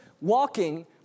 walking